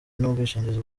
n’ubwishingizi